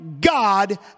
God